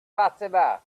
fatima